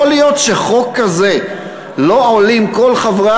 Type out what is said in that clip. יכול להיות שבחוק כזה לא עולים כל חברי